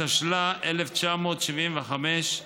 התשל"ה 1975,